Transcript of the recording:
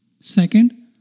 Second